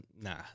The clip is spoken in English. nah